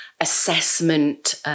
assessment